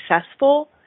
successful